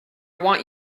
want